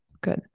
Good